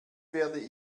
werde